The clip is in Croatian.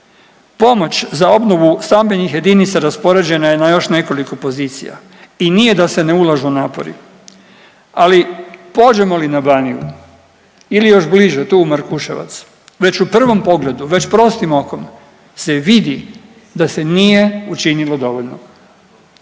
Pomoć za obnovu stambenih jedinica raspoređena je na još nekoliko pozicija i nije da se ne ulažu napori, ali pođemo li na Baniju ili još bliže tu u Markuševac, već u prvom pogledu, već prostim okom se vidi da se nije učinilo dovoljno.